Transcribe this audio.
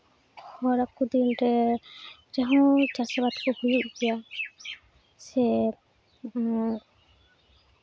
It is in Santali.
ᱫᱤᱱᱨᱮ ᱨᱮ ᱡᱟᱦᱟ ᱪᱟᱥ ᱟᱵᱟᱫ ᱠᱚ ᱦᱩᱭᱩᱜ ᱜᱮᱭᱟ ᱥᱮ